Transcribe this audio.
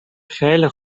خیلی